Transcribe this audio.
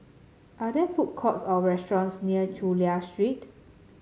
are there food courts or restaurants near Chulia Street